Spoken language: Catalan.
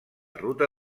ruta